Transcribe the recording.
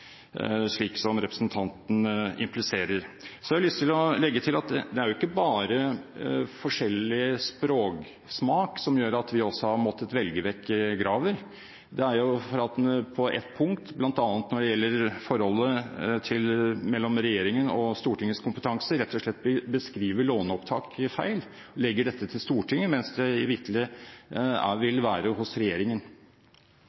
slik som representanten impliserer. Så har jeg lyst til å legge til at det er ikke bare forskjellig språksmak som gjør at vi også har måttet velge vekk Graver. Det er bl.a. fordi han på ett punkt, når det gjelder forholdet mellom regjeringen og Stortingets kompetanse, rett og slett beskriver låneopptak feil og legger dette til Stortinget, mens det vitterlig vil være hos regjeringen. I